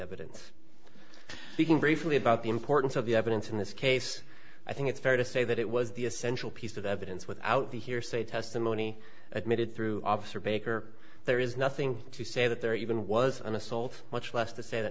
evidence thinking briefly about the importance of the evidence in this case i think it's fair to say that it was the essential piece of evidence without the hearsay testimony admitted through officer baker there is nothing to say that there even was an assault much less to say that